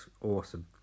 awesome